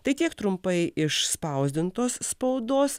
tai tiek trumpai iš spausdintos spaudos